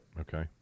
Okay